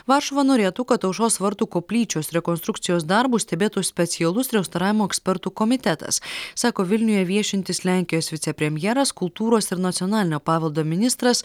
varšuva norėtų kad aušros vartų koplyčios rekonstrukcijos darbus stebėtų specialus restauravimo ekspertų komitetas sako vilniuje viešintis lenkijos vicepremjeras kultūros ir nacionalinio paveldo ministras